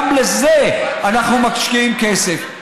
גם בזה אנחנו משקיעים כסף.